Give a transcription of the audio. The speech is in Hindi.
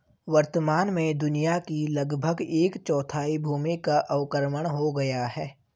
वर्तमान में दुनिया की लगभग एक चौथाई भूमि का अवक्रमण हो गया है